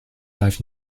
life